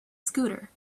scooter